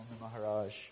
Maharaj